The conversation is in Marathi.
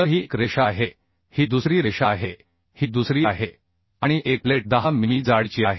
तर ही एक रेषा आहे ही दुसरी रेषा आहे ही दुसरी आहे आणि एक प्लेट 10 मिमी जाडीची आहे